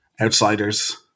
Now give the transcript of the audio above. Outsiders